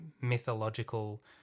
mythological